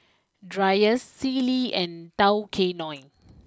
Dreyers Sealy and Tao Kae Noi